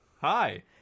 Hi